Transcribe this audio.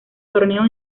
torneos